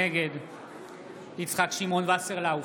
נגד יצחק שמעון וסרלאוף,